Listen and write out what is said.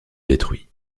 détruit